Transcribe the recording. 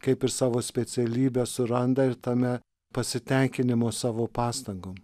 kaip ir savo specialybę suranda ir tame pasitenkinimo savo pastangom